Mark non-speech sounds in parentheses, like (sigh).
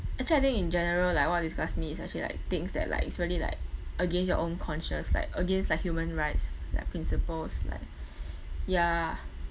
actually I think in general like what disgusts me is actually like things that like is really like against your own conscience like against like human rights like principles like (breath) ya